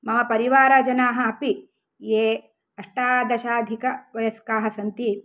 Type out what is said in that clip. मम परिवारजनाः अपि ये अष्टादशाधिकवयस्काः सन्ति